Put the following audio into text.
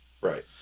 Right